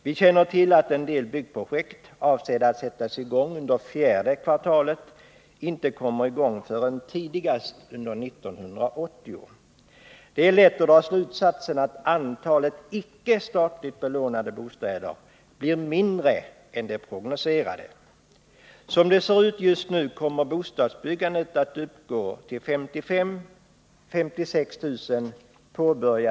Vi känner till att en del byggprojekt — avsedda att sättas i Åtgärder för att stabilisera ekono gång under fjärde kvartalet — inte kommer i gång förrän tidigast under 1980. Det är lätt att dra slutsatsen att antalet icke statligt belånade bostäder blir mindre än det prognoserade. Som det ser ut just nu kommer antalet påbörjade bostäder att uppgå till 55 000-56 000.